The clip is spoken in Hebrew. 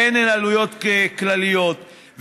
אלה עלויות כלליות,